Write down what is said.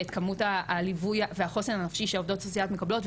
ואת כמותה הליווי והחוסן הנפשי שהעובדות הסוציאליות מקבלות,